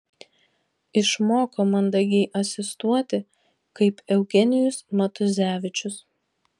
išmoko mandagiai asistuoti kaip eugenijus matuzevičius